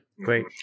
great